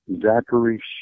Zachary